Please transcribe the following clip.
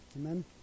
Amen